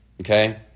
Okay